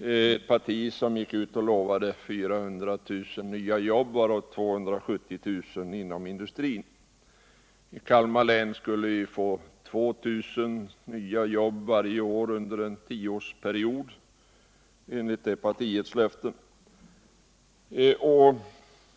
ett parti som gick ut och lovade 400 000 nya jobb, varav 270 000 inom industrin. I Kalmar län skulle vi, enligt det partiets löften, under en tioårsperiod få 2 000 nya jobb varje år.